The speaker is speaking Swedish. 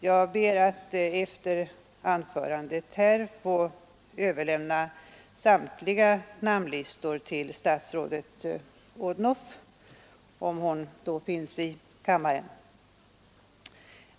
Jag ber att efter anförandet här få överlämna samtliga namnlistor till statsrådet Odhnoff, om hon då finns i kammaren.